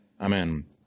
Amen